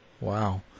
Wow